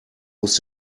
muss